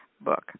book